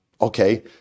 Okay